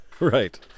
Right